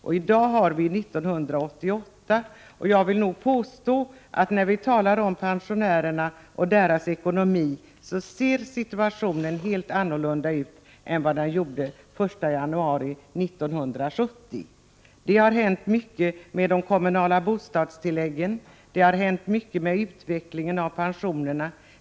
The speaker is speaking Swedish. Nu är det 1988, och jag vill nog påstå att pensionärernas ekonomi ser helt annorlunda ut nu än den gjorde den 1 januari 1970. Det har hänt mycket. Man har fått kommunala bostadstillägg, och pensionerna har utvecklats på olika sätt.